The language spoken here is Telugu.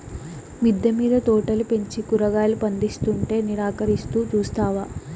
మిద్దె మింద తోటలు పెంచి కూరగాయలు పందిస్తుంటే నిరాకరిస్తూ చూస్తావా